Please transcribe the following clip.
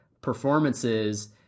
performances